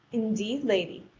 indeed, lady,